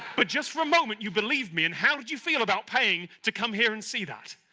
but just for a moment, you believed me and how did you feel about paying to come here and see that?